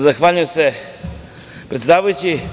Zahvaljujem se predsedavajući.